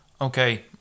Okay